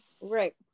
Right